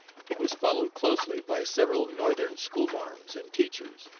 he was followed closely by several northern school-marms and teachers,